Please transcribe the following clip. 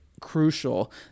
crucial